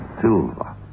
silver